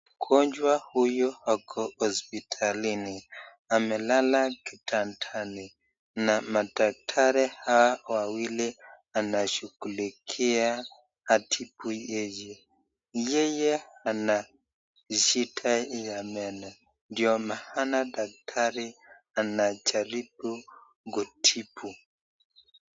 Mgonjwa huyu ako hospitalini, amelala kitandani na madaktari hawa wawili wanashungulikia atibu yeye. Yeye ana shida ya meno ndio maana daktari anajaribu kutibu.